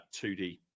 2d